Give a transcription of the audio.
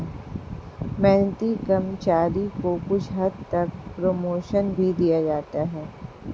मेहनती कर्मचारी को कुछ हद तक प्रमोशन भी दिया जाता है